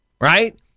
right